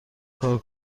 کار